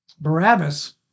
Barabbas